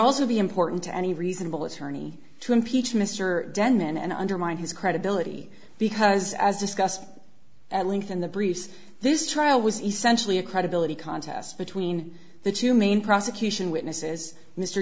also be important to any reasonable attorney to impeach mr denman and undermine his credibility because as discussed at length in the briefs this trial was essentially a credibility contest between the two main prosecution witnesses mr